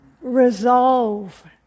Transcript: Resolve